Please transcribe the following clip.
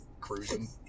cruising